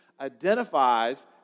identifies